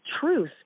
truth